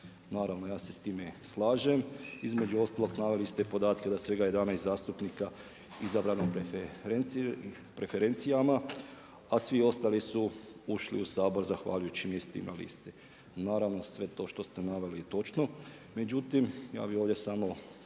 Naravno ja se sa time slažem. Između ostalog naveli ste i podatke da svega 11 zastupnika izabranih preferencijama a svi ostali su ušli u Sabor zahvaljujući mjestu na listi. Naravno sve to što ste naveli je točno.